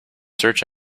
search